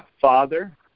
Father